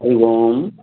हरिः ओम्